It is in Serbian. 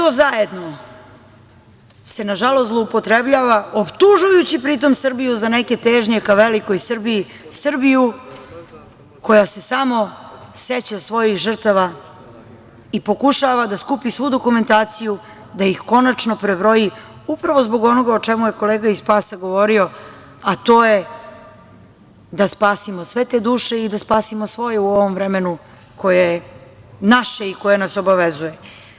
Sve to zajedno se nažalost zloupotrebljava, optužujući pri tome Srbiju za neke težnje ka velikoj Srbiji, Srbiju koja se samo seća svojih žrtava i pokušava da skupi svu dokumentaciju i da ih konačno prebroji, upravo zbog onoga o čemu je kolega iz SPAS-a govorio, a to je da spasimo sve te duše i da spasimo svoju u ovom vremenu koje je naše i koje nas obavezuje.